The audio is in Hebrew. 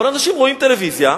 אבל אנשים רואים טלוויזיה,